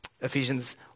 Ephesians